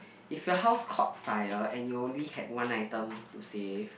if your house caught fire and you only have one item to save